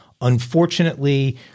Unfortunately